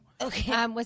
Okay